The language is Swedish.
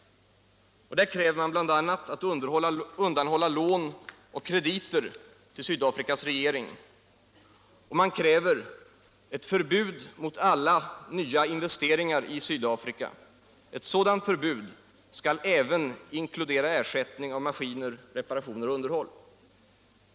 Man fordrar bl.a. att de skall undanhålla Sydafrikas regering lån och krediter och förbjuda alla nya investeringar i Sydafrika. Ett sådant förbud skall även inkludera ersättning av maskiner, reparationer och underhåll.